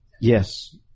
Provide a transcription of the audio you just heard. Yes